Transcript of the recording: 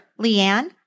Leanne